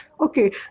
okay